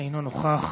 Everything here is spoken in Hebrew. אינו נוכח,